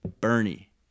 Bernie